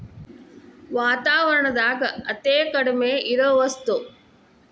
ವಾತಾವರಣದಾಗ ಅತೇ ಕಡಮಿ ಇರು ವಸ್ತು